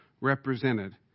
represented